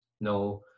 no